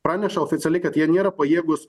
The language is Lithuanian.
praneša oficialiai kad jie nėra pajėgūs